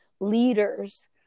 leaders